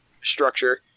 structure